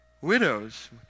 widows